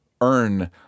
earn